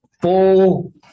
full